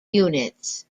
units